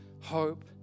hope